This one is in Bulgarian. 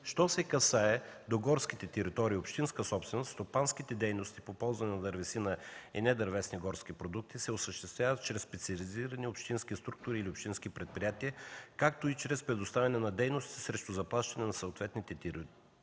Що се отнася до горските територии – общинска собственост, стопанските дейности по ползване на дървесина и недървесни горски продукти, се осъществява чрез специализирани общински структури или общински предприятия, както и чрез предоставяне на дейност срещу заплащане на съответните териториални